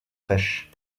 fraîches